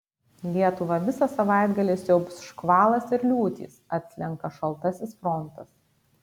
lietuvą visą savaitgalį siaubs škvalas ir liūtys atslenka šaltasis frontas